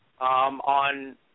On